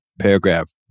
paragraph